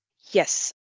Yes